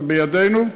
זה בידינו,